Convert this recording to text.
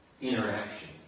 Interaction